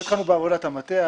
אנחנו התחלנו בעבודת המטה.